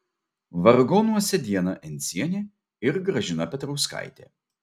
vargonuose diana encienė ir gražina petrauskaitė